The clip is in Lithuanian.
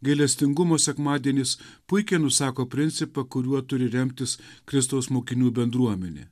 gailestingumo sekmadienis puikiai nusako principą kuriuo turi remtis kristaus mokinių bendruomenė